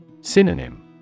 Synonym